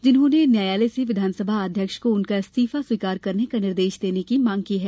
जिन्होंने न्यायालय से विधानसभा अध्यक्ष को उनका इस्तीफा स्वीकार करने का निर्देश देने की मांग की है